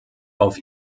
auf